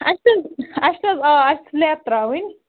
اَسہِ تہِ حظ آ اَسہِ چھِ سِلیب ترٛاوٕنۍ